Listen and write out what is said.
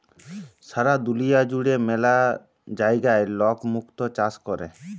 সারা দুলিয়া জুড়ে ম্যালা জায়গায় লক মুক্ত চাষ ক্যরে